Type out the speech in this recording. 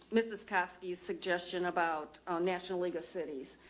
mrs caskey suggestion about national league of cities.